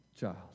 child